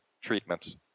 treatments